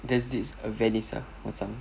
there's this uh venice ah